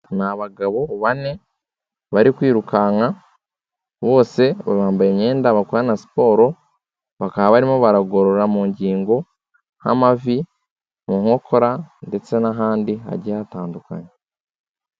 Ni bagabo bane bari kwirukanka, bose bambaye imyenda bakorana siporo, bakaba barimo baragorora mu ngingo nk'amavi, mu nkokora ndetse n'ahandi hagiye hatandukanye.